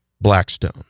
Blackstone